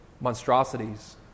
monstrosities